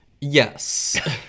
Yes